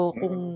kung